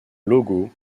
logo